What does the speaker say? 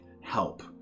help